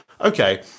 okay